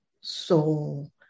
soul